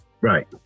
Right